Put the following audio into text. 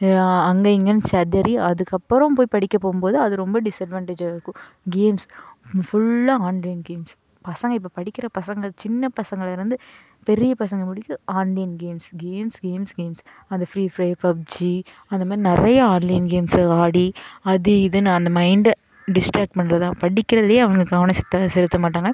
அங்கே இங்கேன்னு சிதறி அதுக்கப்புறம் போய் படிக்கப் போகும் போது அது ரொம்ப டிஸ்அட்வான்டேஜ்ஜாக இருக்கும் கேம்ஸ் ஃபுல்லாக ஆன்லைன் கேம்ஸ் பசங்கள் இப்போ படிக்கிற பசங்கள் சின்ன பசங்களில் இருந்து பெரிய பசங்கள் முடிக்கும் online games games games games அந்த ஃப்ரீ ஃபயர் பப்ஜி அந்த மாதிரி நிறைய ஆன்லைன் கேம்ஸு ஆடி அது இதுன்னு அந்த மைண்டை டிஸ்ட்ராக்ட் பண்ணுறது தான் படிக்கிறதுலேயே அவங்க கவனம் சுத்தமாக செலுத்த மாட்டாங்க